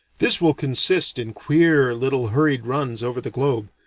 this will consist in queer little hurried runs over the globe,